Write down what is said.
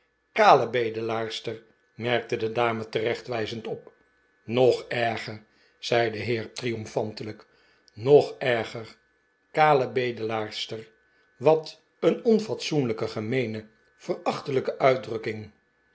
kale bedelaarster merkte de dame terechtwijzend op nog erger zei de heer triomfantelijk nog erger kale bedelaarster wat een onfatsoenlijke gemeene verachtelijke uitdrukking